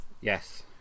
Yes